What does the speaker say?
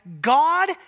God